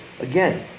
Again